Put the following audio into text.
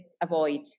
avoid